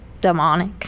demonic